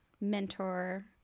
mentor